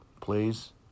please